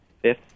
fifth